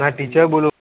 એના ટીચર બોલું